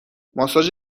ماساژ